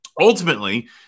ultimately